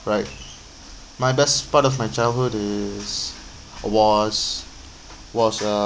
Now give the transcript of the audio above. right my best part of my childhood is was was uh